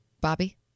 Bobby